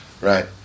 Right